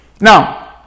Now